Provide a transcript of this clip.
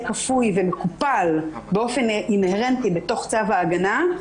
כפוי ומקופל באופן אינהרנטי בתוך צו ההגנה,